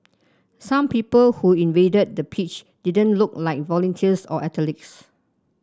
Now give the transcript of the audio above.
some people who invaded the pitch didn't look like volunteers or athletes